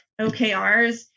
OKRs